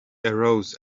arose